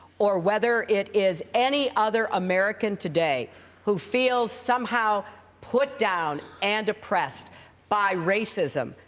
or whether it is any other american today who feels somehow put down and oppressed by racism,